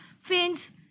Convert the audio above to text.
fins